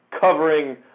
covering